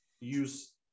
use